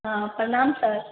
हाँ प्रणाम सर